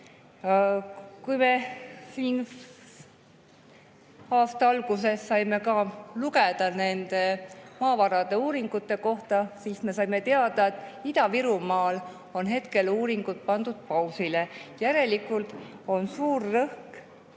Kui me siin aasta alguses saime lugeda nende maavarade uuringute kohta, siis me saime teada, et Ida-Virumaal on uuringud pandud pausile. Järelikult on pandud suur rõhk